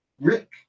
Rick